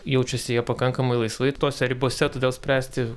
jaučiasi jie pakankamai laisvai tose ribose todėl spręsti